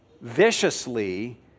viciously